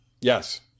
Yes